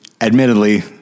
admittedly